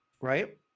right